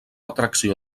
atracció